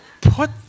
put